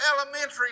elementary